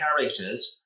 characters